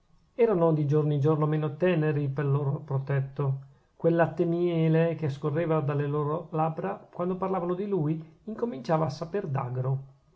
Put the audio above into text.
erano di giorno in giorno meno teneri pel loro protetto quel latte e miele che scorreva dalle loro labbra quando parlavano di lui incominciava a saper d'agro